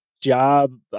job